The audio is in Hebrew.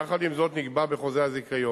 יחד עם זאת, נקבע בחוזה הזיכיון